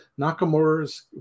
Nakamura's